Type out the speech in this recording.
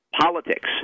politics